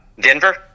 Denver